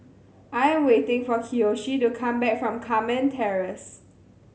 I am waiting for Kiyoshi to come back from Carmen Terrace